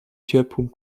ciepłą